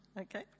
Okay